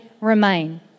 remain